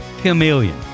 Chameleon